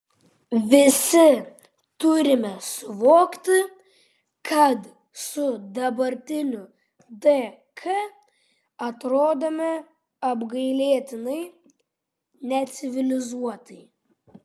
visi turime suvokti kad su dabartiniu dk atrodome apgailėtinai necivilizuotai